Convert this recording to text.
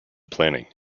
planning